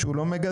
שהוא לא מגדל.